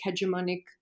hegemonic